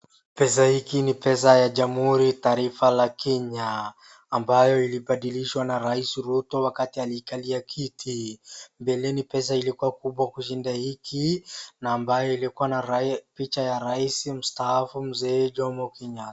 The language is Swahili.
Pesa hii ni pesa ya jamuhuri ya taifa ya Kenya ambayo ilibadilishwa na raisi Ruto wakati alikalia kiti. Mbeleni pesa ilikuwa kubwa kushinda hii na ambayo ilikuwa na picha ya rais mstaafu mzee Jomo Kenyatta.